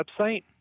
website